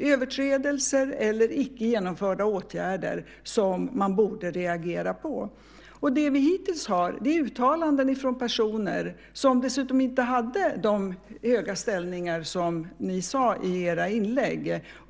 överträdelser eller icke-genomförda åtgärder som man borde reagera på. Det vi hittills har är uttalanden från personer som dessutom inte hade de höga ställningar som ni sade i era inlägg.